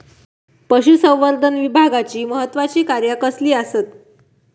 पशुसंवर्धन विभागाची महत्त्वाची कार्या कसली आसत?